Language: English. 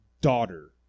Daughter